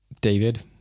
David